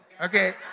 Okay